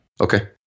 Okay